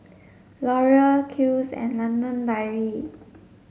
Laurier Kiehl's and London Dairy